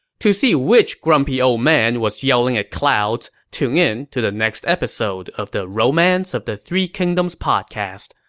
to see which grumpy old man was yelling at clouds, tune in to the next episode of the romance of the three kingdoms podcast.